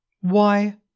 Why